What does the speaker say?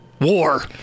war